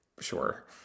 sure